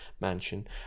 mansion